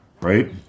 Right